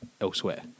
elsewhere